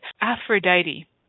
Aphrodite